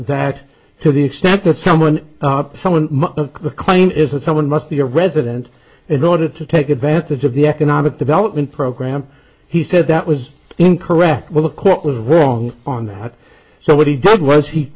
that to the extent that someone someone of the claim is that someone must be a resident in order to take advantage of the economic development program he said that was incorrect well the court was wrong on that so what he did was he